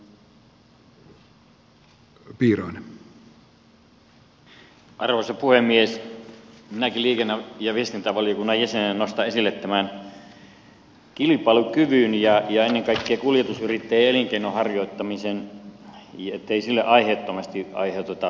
minäkin liikenne ja viestintävaliokunnan jäsenenä nostan esille tämän kilpailukyvyn ja ennen kaikkea kuljetusyrittäjien elinkeinon harjoittamisen ettei sille aiheettomasti aiheuteta vahinkoa